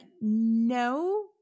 no